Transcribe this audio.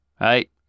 right